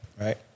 right